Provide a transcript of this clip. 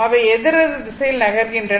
அவை எதிர் எதிர் திசையில் நகர்கின்றன